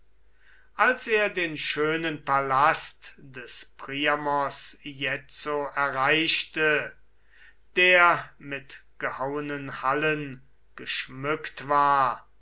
als er den schönen palast des priamos jetzo erreichte der mit gehauenen hallen geschmückt war